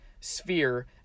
sphere